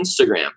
Instagram